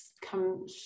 come